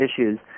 issues